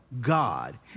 God